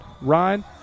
Ryan